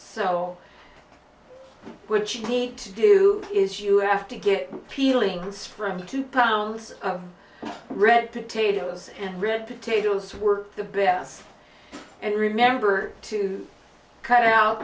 so what you need to do is you have to get peelings from two pounds of red potatoes and red potatoes were the best and remember to cut out